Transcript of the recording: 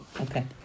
Okay